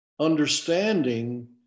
Understanding